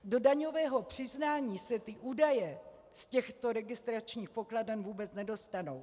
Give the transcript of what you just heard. Do daňového přiznání se údaje z těchto registračních pokladen vůbec nedostanou.